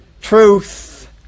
truth